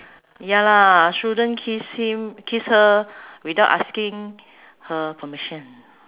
ya lah shouldn't kiss him kiss her without asking her permission